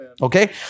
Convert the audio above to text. Okay